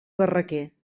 barraquer